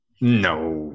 No